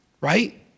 right